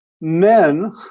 men